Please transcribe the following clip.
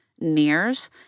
nears